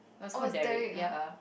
oh is Derrick uh